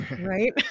Right